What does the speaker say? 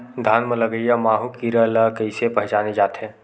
धान म लगईया माहु कीरा ल कइसे पहचाने जाथे?